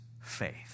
faith